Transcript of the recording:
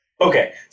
Okay